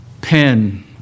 pen